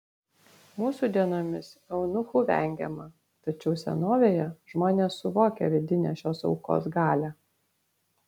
mūsų dienomis eunuchų vengiama tačiau senovėje žmonės suvokė vidinę šios aukos galią